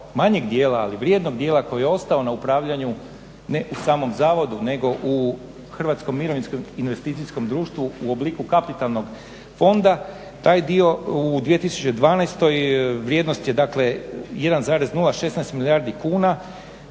manjeg dijela ali vrijednog dijela koji je ostao na upravljanju ne u samom zavodu nego u Hrvatskom mirovinskom investicijskom društvu u obliku kapitalnog fonda, taj dio u 2012. vrijednost je dakle 1,016 milijardi kuna,